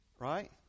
Right